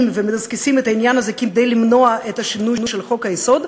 ומדסקסים את העניין הזה כדי למנוע את השינוי של חוק-היסוד,